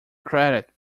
credit